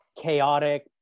chaotic